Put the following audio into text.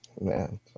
Man